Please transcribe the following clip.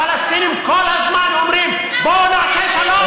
הפלסטינים כל הזמן אומרים: בואו נעשה שלום,